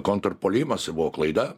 kontrpuolimas tai buvo klaida